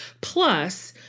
plus